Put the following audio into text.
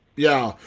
yeah,